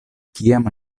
kiam